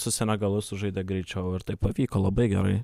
su senegalu sužaidė greičiau ir tai pavyko labai gerai